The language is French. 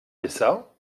usa